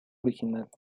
original